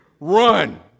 Run